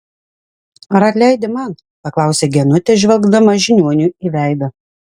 ar atleidi man paklausė genutė žvelgdama žiniuoniui į veidą